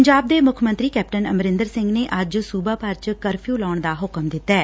ਪੰਜਾਬ ਦੇ ਮੁੱਖ ਮੰਤਰੀ ਕੈਪਟਨ ਅਮਰਿੰਦਰ ਸਿੰਘ ਨੇ ਅੱਜ ਸੂਬਾ ਭਰ ਚ ਕਰਫਿਊ ਲਾਉਣ ਦਾ ਹੁਕਮ ਦਿੱਤੈ